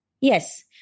Yes